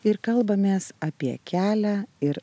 ir kalbamės apie kelią ir